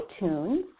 iTunes